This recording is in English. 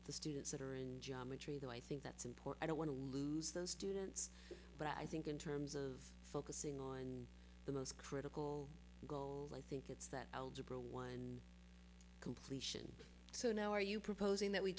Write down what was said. the students that are in geometry though i think that's import i don't want to lose those students but i think in terms of focusing on the most critical goals i think it's that algebra one completion so now are you proposing that we